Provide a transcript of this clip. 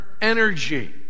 energy